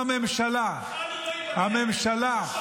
את המציאות,